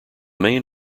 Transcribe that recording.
main